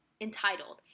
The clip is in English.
entitled